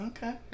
Okay